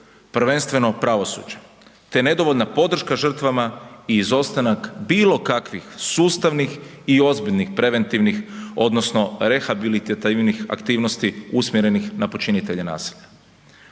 prvenstveno pravosuđe, te nedovoljna podrška žrtvama i izostanak bilo kakvih sustavnih i ozbiljnih preventivnih odnosno rehabilitativnih aktivnosti usmjerenih na počinitelje nasilja.